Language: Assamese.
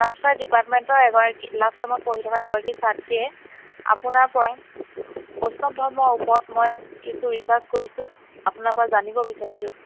কালচাৰ ডিপাৰ্টমেণ্টৰ এগৰাকী লাষ্ট চেমত পঢ়ি থকা এগৰাকী ছাত্ৰীয়ে আপোনাৰ পৰা বৈষ্ণৱ ধৰ্মৰ ওপৰত মই কিছু ৰিচাৰ্চ কৰিছোঁ আপোনাৰ পৰা জানিব বিচাৰিছোঁ